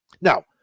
Now